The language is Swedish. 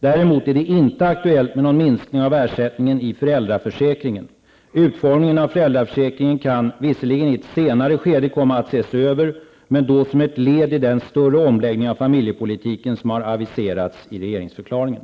Däremot är det inte aktuellt med någon minskning av ersättningen i föräldraförsäkringen. Utformningen av föräldraförsäkringen kan visserligen i ett senare skede komma att ses över, men då som ett led i den större omläggning av familjepolitiken som har aviserats i regeringsförklaringen.